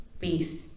peace